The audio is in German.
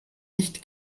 nicht